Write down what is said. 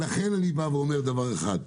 לכן אני אומר דבר אחד,